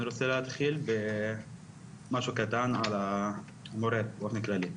אני רוצה להתחיל במשהו קטן על המורה באופן כללי.